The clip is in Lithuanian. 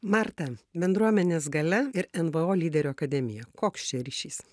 marta bendruomenės galia ir nvo lyderių akademija koks čia ryšys